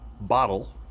bottle